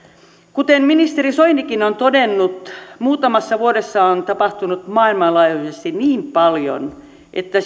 kuten ministeri soinikin on todennut muutamassa vuodessa on tapahtunut maailmanlaajuisesti niin paljon että